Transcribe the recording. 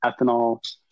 ethanol